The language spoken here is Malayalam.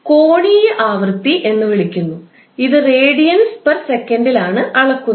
കോണീയ ആവൃത്തി എന്ന് വിളിക്കുന്നു ഇത് റേഡിയൻസ് പെർ സെക്കൻഡിലാണ് അളക്കുന്നത്